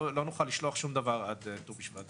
נוכל לשלוח שום דבר עד ט"ו בשבט.